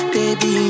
Baby